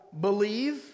believe